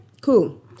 cool